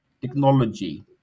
technology